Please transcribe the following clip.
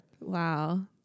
Wow